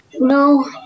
no